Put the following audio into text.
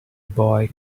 boy